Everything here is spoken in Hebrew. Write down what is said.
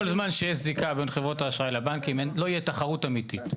כל זמן שיש זיקה בין חברות האשראי לבנקים לא תהיה תחרות אמיתית.